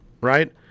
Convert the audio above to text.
Right